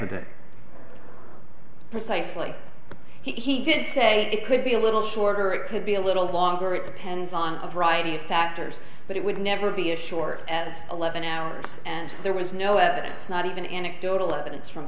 it precisely but he did say it could be a little shorter or it could be a little longer it depends on a variety of factors but it would never be as short as eleven hours and there was no evidence not even anecdotal evidence from